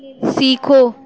سیکھو